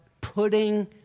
putting